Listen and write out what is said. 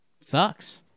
Sucks